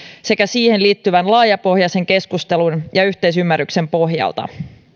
sekä siihen liittyvän laajapohjaisen keskustelun ja yhteisymmärryksen pohjalta